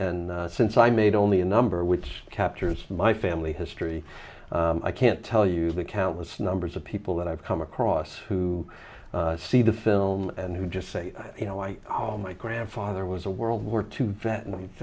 and since i made only a number which captures my family history i can't tell you the countless numbers of people that i've come across who see the film and who just say you know i owe my grandfather was a world war two vet and